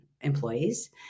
employees